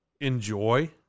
enjoy